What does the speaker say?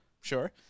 Sure